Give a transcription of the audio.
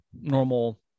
normal